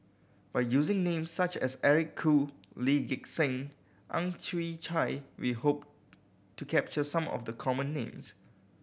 by using names such as Eric Khoo Lee Gek Seng and Ang Chwee Chai we hope to capture some of the common names